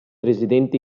residenti